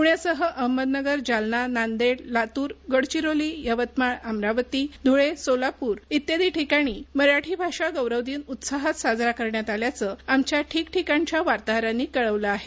पुण्यासह अहमदनगर जालना नांदेड लातूर गडचिरोली यवतमाळ अमरावती धुळे सोलापूर आदी ठिकाणी मराठी भाषा गौरव दिन उत्साहात साजरा झाल्याचं आमच्या ठीकठीकाणच्या वार्ताहरांनी कळवलं आहे